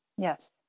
Yes